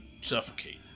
suffocate